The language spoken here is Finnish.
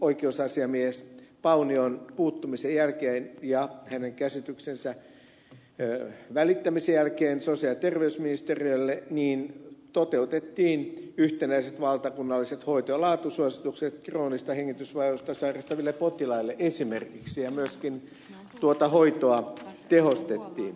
oikeusasiamies paunion puuttumisen jälkeen ja hänen käsityksensä välittämisen jälkeen sosiaali ja terveysministeriölle toteutettiin yhtenäiset valtakunnalliset hoito ja laatusuositukset kroonista hengitysvajausta sairastaville potilaille esimerkiksi ja myöskin tuota hoitoa tehostettiin